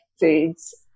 foods